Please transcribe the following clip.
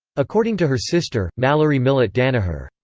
according to her sister, mallory millett-danaher,